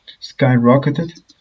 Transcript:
skyrocketed